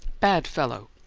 bad fellow!